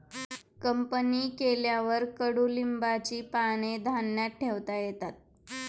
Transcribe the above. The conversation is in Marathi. कंपनी केल्यावर कडुलिंबाची पाने धान्यात ठेवता येतात